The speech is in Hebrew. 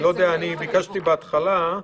אין ההסתייגות לא נתקבלה.